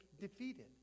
defeated